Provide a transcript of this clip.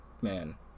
man